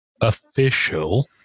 official